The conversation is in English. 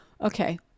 Okay